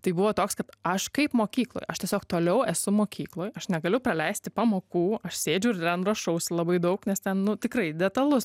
tai buvo toks kad aš kaip mokykloj aš tiesiog toliau esu mokykloj aš negaliu praleisti pamokų aš sėdžiu ir rašausi labai daug nes ten nu tikrai detalus